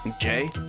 Jay